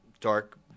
dark